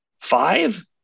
five